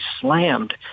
slammed